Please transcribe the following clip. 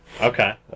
Okay